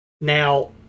Now